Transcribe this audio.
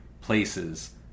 places